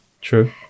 True